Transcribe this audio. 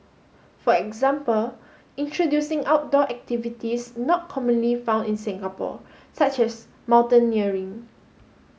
for example introducing outdoor activities not commonly found in Singapore such as mountaineering